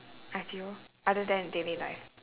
I feel other than daily life